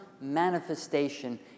manifestation